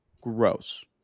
Gross